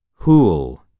Hool